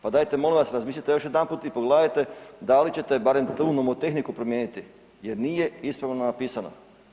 Pa dajte molim vas razmislite još jedanput i pogledajte da li ćete barem tu nomotehniku promijeniti, jer nije … [[ne razumije se]] napisana.